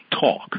talk